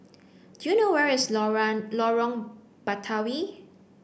do you know where is Lorong Lorong Batawi